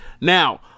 now